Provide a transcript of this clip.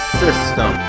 system